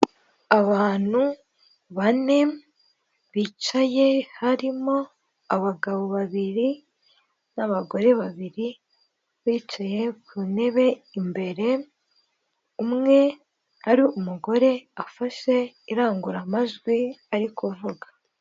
Abantu bane, bicaye harimo abagabo babiri n'abagore babiri, bicaye ku ntebe imbere, umwe ari umugore, afashe iranguramajwi ari kuvuga.